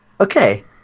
okay